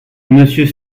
monsieur